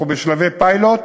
אנחנו בשלבי פיילוט,